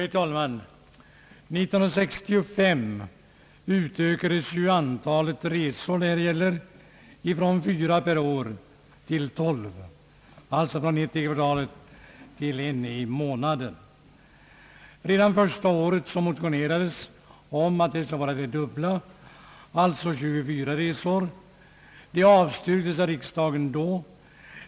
Herr talman! År 1965 utökades antalet resor som det här gäller från fyra per år till tolv, alltså från en resa per kvartal till en per månad. Redan första året därefter motionerades om att få det dubbla antalet, alltså 24 resor. Det avslogs då av riksdagen.